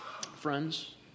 friends